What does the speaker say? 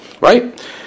Right